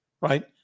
right